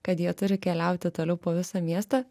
kad jie turi keliauti toliau po visą miestą